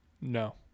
No